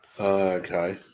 okay